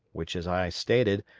which, as i stated,